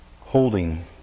Holding